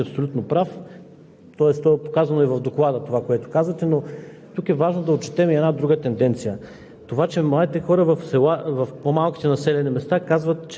Благодаря, господин Председател. Уважаеми господин Ченчев, що се отнася до малките населени места смятам, че сте абсолютно прав.